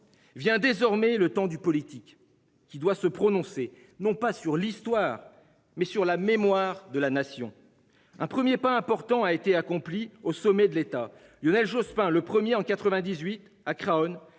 vient désormais le temps du politique qui doit se prononcer non pas sur l'histoire mais sur la mémoire de la nation. Un 1er pas important a été accompli au sommet de l'État Lionel Jospin le 1er en 98 à Khan